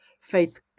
faith